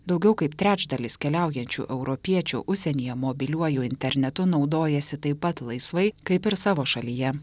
daugiau kaip trečdalis keliaujančių europiečių užsienyje mobiliuoju internetu naudojasi taip pat laisvai kaip ir savo šalyje